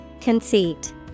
Conceit